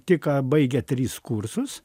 tik ką baigę tris kursus